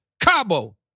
Cabo